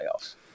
playoffs